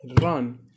run